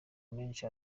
menshi